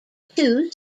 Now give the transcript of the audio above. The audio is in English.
two